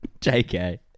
JK